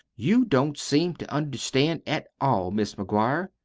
you don't seem to understand at all, mis' mcguire.